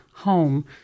Home